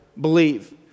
believe